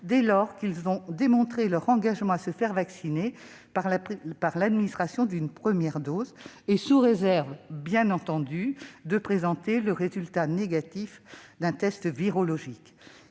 dès lors qu'ils auront démontré leur volonté de se faire vacciner, par l'administration d'une première dose, et sous réserve, bien entendu, de présenter le résultat négatif d'un test virologique.